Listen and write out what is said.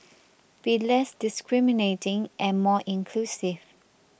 be less discriminating and more inclusive